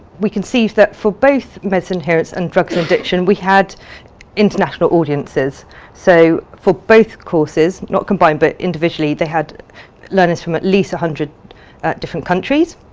we can see that for both medicines adherence and drugs and addiction we had international audiences so for both courses, not combined but individually they had learners from at least a hundred different countries.